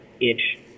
itch